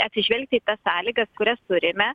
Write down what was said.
atsižvelgti į tas sąlygas kurias turime